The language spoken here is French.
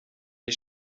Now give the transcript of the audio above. les